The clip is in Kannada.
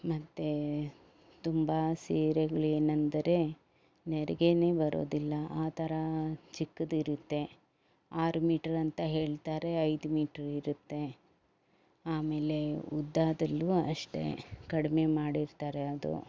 ಮತ್ತು ತುಂಬ ಸೀರೆಗಳು ಏನೆಂದರೆ ನೆರಿಗೆನೇ ಬರೋದಿಲ್ಲ ಆ ಥರ ಚಿಕ್ಕದಿರುತ್ತೆ ಆರು ಮೀಟರ್ ಅಂತ ಹೇಳ್ತಾರೆ ಐದು ಮೀಟರ್ ಇರುತ್ತೆ ಆಮೇಲೆ ಉದ್ದದಲ್ಲೂ ಅಷ್ಟೇ ಕಡಿಮೆ ಮಾಡಿರ್ತಾರೆ ಅದು